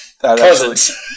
Cousins